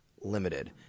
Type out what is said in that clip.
limited